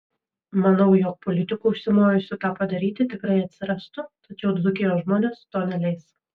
manau jog politikų užsimojusių tą padaryti tikrai atsirastų tačiau dzūkijos žmonės to neleis